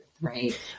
right